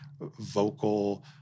vocal